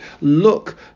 look